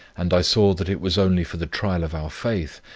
and i saw that it was only for the trial of our faith,